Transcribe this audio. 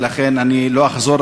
ולכן אני לא אחזור,